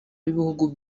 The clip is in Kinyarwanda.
w’ibihugu